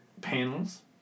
panels